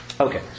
Okay